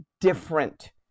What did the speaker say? different